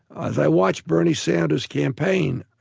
as i watched bernie sanders campaign,